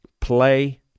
play